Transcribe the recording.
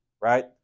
right